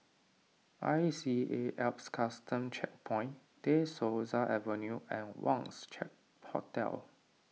I C A Alps Custom Checkpoint De Souza Avenue and Wangz Check Hotel